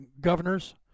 governors